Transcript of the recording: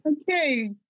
Okay